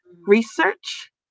research